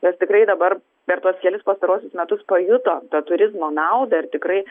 nes tikrai dabar per tuos kelis pastaruosius metus pajuto tą turizmo naudą ir tikrai